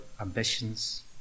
ambitions